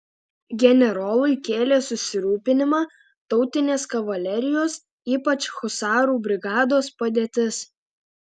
generolui kėlė susirūpinimą tautinės kavalerijos ypač husarų brigados padėtis